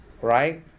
right